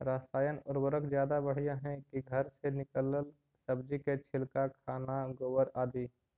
रासायन उर्वरक ज्यादा बढ़िया हैं कि घर से निकलल सब्जी के छिलका, खाना, गोबर, आदि?